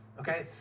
Okay